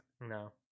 No